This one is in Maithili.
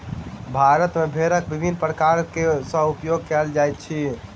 भारत मे भेड़क विभिन्न प्रकार सॅ उपयोग कयल जाइत अछि